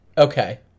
Okay